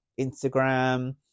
Instagram